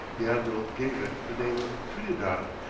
the admiral gave it the name of trinidad,